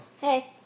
Hey